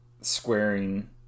squaring